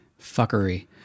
Fuckery